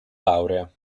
laurea